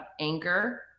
anger